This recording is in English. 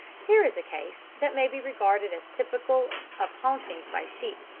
here is a case that may be regarded as typical of hauntings by sheep,